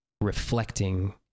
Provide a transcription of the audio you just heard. reflecting